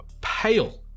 pale